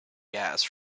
gas